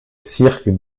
cirque